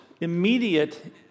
immediate